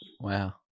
Wow